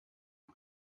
hij